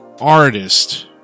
artist